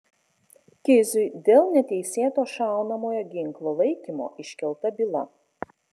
kiziui dėl neteisėto šaunamojo ginklo laikymo iškelta byla